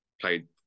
played